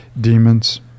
demons